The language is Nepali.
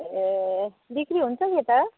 ए बिक्री हुन्छ के त